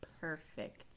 perfect